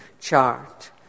chart